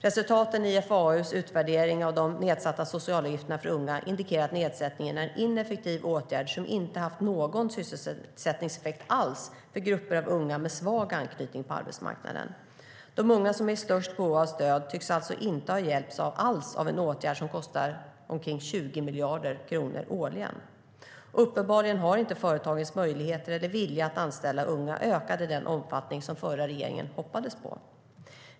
Resultaten i IFAU:s utvärdering av de nedsatta socialavgifterna för unga indikerar att nedsättningen är en ineffektiv åtgärd som inte har haft någon sysselsättningseffekt alls för grupper av unga med svag anknytning till arbetsmarknaden. De unga som är i störst behov av stöd tycks alltså inte ha hjälpts alls av en åtgärd som kostar omkring 20 miljarder kronor årligen. Uppenbarligen har inte företagens möjligheter eller vilja att anställa unga ökat i den omfattning som den förra regeringen hoppades på.